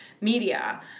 media